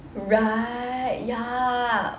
right ya